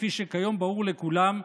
כפי שכיום ברור לכולם,